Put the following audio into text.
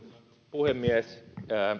puhemies